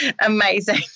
amazing